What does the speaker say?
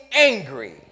angry